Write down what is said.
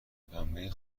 پنبه